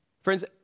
Friends